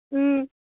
ꯎꯝ